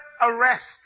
arrest